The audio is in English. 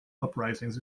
uprisings